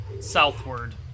southward